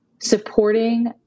supporting